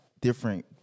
different